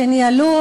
שניהלו,